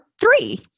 three